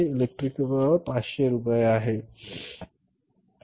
electric power 500 रुपये आहे बरोबर